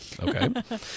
Okay